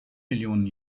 millionen